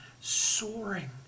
soaring